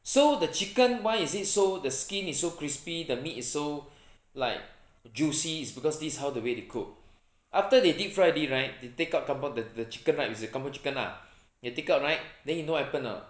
so the chicken why is it so the skin is so crispy the meat is so like juicy is because this how the way they cook after they deep fry already right they take out kampu~ the the chicken right is the kampung chicken lah they take out right then you know what happen not